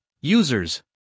users